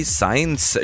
science